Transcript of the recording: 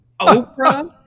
Oprah